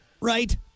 right